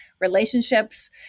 relationships